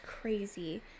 crazy